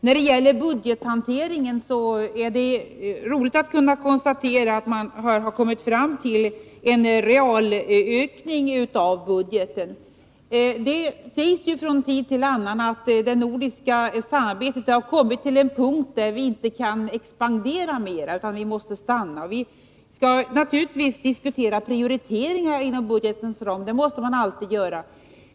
När det gäller budgethanteringen är det roligt att kunna konstatera att man har kommit fram till en real ökning av budgeten. Det sägs från tid till annan att det nordiska samarbetet har kommit till en punkt där vi inte kan expandera mera, utan vi måste stanna. Naturligtvis skall vi diskutera prioriteringar inom budgetens ram — det måste man alltid göra.